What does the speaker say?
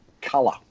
colour